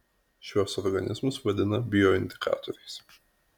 šiuos organizmus vadina bioindikatoriais